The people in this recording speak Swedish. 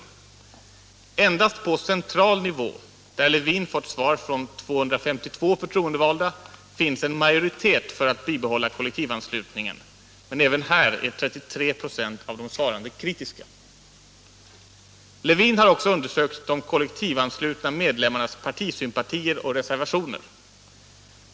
Endast på central nivå, där Lewin fått svar från 252 förtroendevalda, finns en majoritet för att bibehålla kollektivanslutningen, men även här är 33 ?6 av de svarande kritiska. Lewin har också undersökt de kollektivanslutna medlemmarnas partisympatier och reservationer.